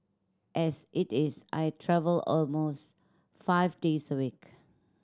as it is I travel almost five days a week